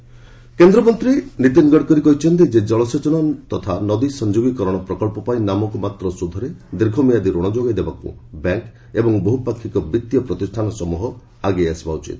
Gadkari water କେନ୍ଦ୍ମନ୍ତ୍ରୀ ନୀତିନ ଗଡ଼କରୀ କହିଛନ୍ତି ଯେ ଜଳସେଚନ ତଥା ନଦୀ ସଂଯୋଗୀକରଣ ପ୍ରକଳ୍ପ ପାଇଁ ନାମକୁମାତ୍ର ସୁଧରେ ଦୀର୍ଘମିଆଦି ରଣ ଯୋଗାଇଦେବାକୁ ବ୍ୟାଙ୍କ ଏବଂ ବହୁପାକ୍ଷିକ ବିଭୀୟ ପ୍ରତିଷ୍ଠାନ ସମ୍ବହ ଆଗେଇ ଆସିବା ଉଚିତ